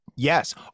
Yes